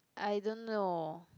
I don't know